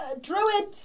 Druid